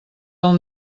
del